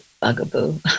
bugaboo